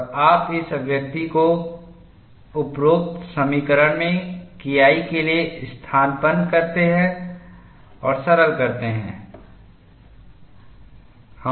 और आप इस अभिव्यक्ति को उपरोक्त समीकरण में KI के लिए स्थानापन्न करते हैं और सरल करते हैं